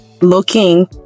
looking